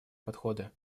подходы